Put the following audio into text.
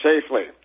safely